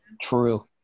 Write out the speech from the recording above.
true